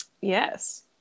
Yes